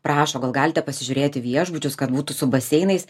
prašo gal galite pasižiūrėti viešbučius kad būtų su baseinais